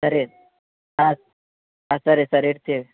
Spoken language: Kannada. ಸರಿ ಹಾಂ ಹಾಂ ಸರಿ ಸರ್ ಇಡ್ತೀವಿ